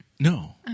No